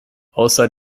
außer